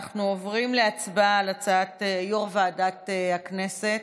אנחנו עוברים להצבעה על הצעת יו"ר ועדת הכנסת.